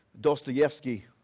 Dostoevsky